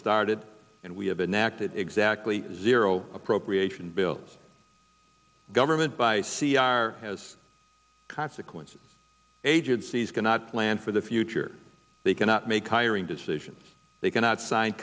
started and we have enacted exactly zero appropriations bills government by c r has consequences agencies cannot plan for the future they cannot make hiring decisions they cannot sign